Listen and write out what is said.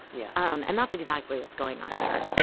yeah. um and that's exactly what's going on here.